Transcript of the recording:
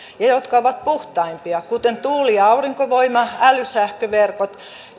ja jotka ovat puhtaimpia kuten tuuli ja aurinkovoima älysähköverkot